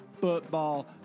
football